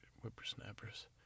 Whippersnappers